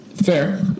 Fair